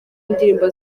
indirimbo